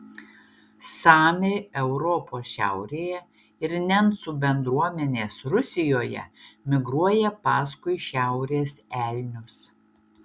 samiai europos šiaurėje ir nencų bendruomenės rusijoje migruoja paskui šiaurės elnius